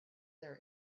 their